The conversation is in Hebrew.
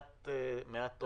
מעט תוכן.